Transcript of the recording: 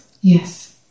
Yes